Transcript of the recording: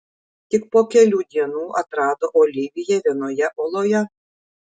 tik po kelių dienų atrado oliviją vienoje oloje